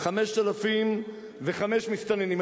5,005 מסתננים.